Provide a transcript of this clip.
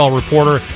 reporter